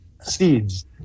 seeds